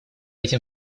этим